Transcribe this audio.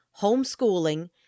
homeschooling